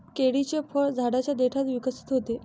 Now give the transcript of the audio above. केळीचे फळ झाडाच्या देठात विकसित होते